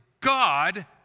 God